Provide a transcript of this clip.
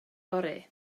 fory